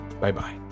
Bye-bye